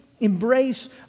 embrace